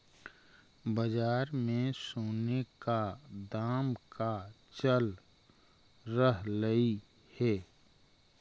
बाजार में सोने का दाम का चल रहलइ हे